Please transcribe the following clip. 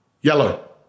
Yellow